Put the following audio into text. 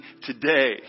today